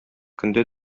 көндә